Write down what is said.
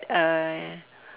uh